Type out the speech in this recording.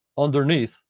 Underneath